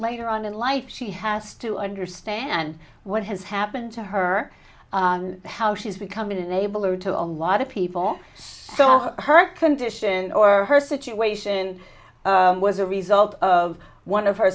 later on in life she has to understand what has happened to her how she's become an enabler to a lot of people so her condition or her situation was a result of one of her